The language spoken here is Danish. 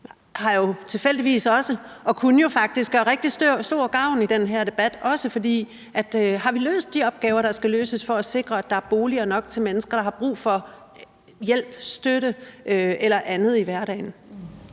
her tilfældigvis også og kunne jo faktisk gøre rigtig stor gavn i den her debat, også fordi: Har vi løst de opgaver, der skal løses for at sikre, at der er boliger nok til mennesker, der har brug for hjælp, støtte eller andet i hverdagen?